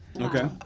Okay